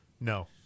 No